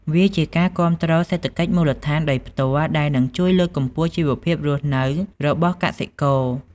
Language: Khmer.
វាជាការគាំទ្រសេដ្ឋកិច្ចមូលដ្ឋានដោយផ្ទាល់ដែលនឹងជួយលើកកម្ពស់ជីវភាពរស់នៅរបស់កសិករ។